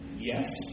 yes